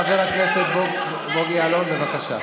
חבר הכנסת בוגי יעלון, בבקשה.